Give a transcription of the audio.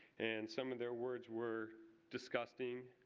and some of their words were disgusting,